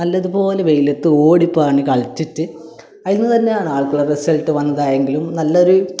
നല്ലതുപോലെ വെയിലത്ത് ഓടി പാഞ്ഞ് കളിച്ചിട്ട് അതിൽനിന്ന് തന്നെയാണ് ആൾക്കുള്ള റിസൽട്ട് വന്നതായെങ്കിലും നല്ലൊരു